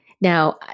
Now